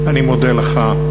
אני מודה לך.